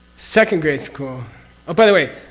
second great school. oh by the way,